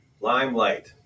limelight